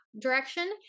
direction